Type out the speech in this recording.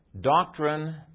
doctrine